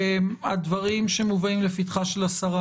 הדברים שמובאים לפתחה של השרה